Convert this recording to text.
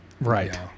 Right